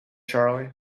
charley